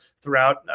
throughout